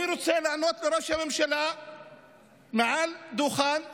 אני רוצה לענות לראש הממשלה מעל דוכן זה.